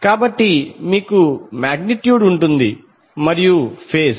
కాబట్టి మీకు మాగ్నిట్యూడ్ ఉంటుంది మరియు ఫేజ్